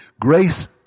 Grace